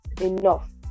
enough